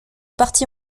partis